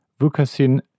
Vukasin